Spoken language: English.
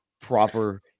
proper